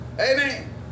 Amen